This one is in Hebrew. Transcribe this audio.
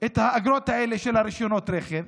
את האגרות האלה של רישיונות הרכב,